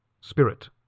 spirit